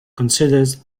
considered